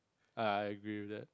ah I agree with that